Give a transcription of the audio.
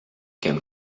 can